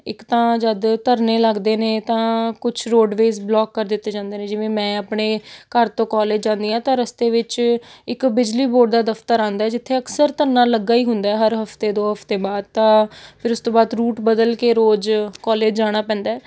ਇੱਕ ਤਾਂ ਜਦੋਂ ਧਰਨੇ ਲੱਗਦੇ ਨੇ ਤਾਂ ਕੁਛ ਰੋਡਵੇਜ਼ ਬਲੋਕ ਕਰ ਦਿੱਤੇ ਜਾਂਦੇ ਨੇ ਜਿਵੇਂ ਮੈਂ ਆਪਣੇ ਘਰ ਤੋਂ ਕੋਲੇਜ ਜਾਂਦੀ ਹਾਂ ਤਾਂ ਰਸਤੇ ਵਿੱਚ ਇੱਕ ਬਿਜਲੀ ਬੋਰਡ ਦਾ ਦਫ਼ਤਰ ਆਉਂਦਾ ਜਿੱਥੇ ਅਕਸਰ ਧਰਨਾ ਲੱਗਾ ਹੀ ਹੁੰਦਾ ਆ ਹਰ ਹਫ਼ਤੇ ਦੋ ਹਫ਼ਤੇ ਬਾਅਦ ਤਾਂ ਫਿਰ ਉਸ ਤੋਂ ਬਾਅਦ ਰੂਟ ਬਦਲ ਕੇ ਰੋਜ਼ ਕੋਲੇਜ ਜਾਣਾ ਪੈਂਦਾ